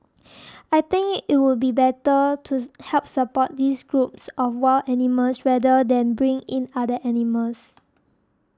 I think it would be better to help support these groups of wild animals rather than bring in other animals